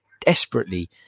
desperately